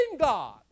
God